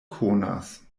konas